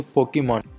Pokemon